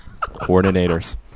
Coordinators